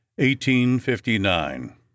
1859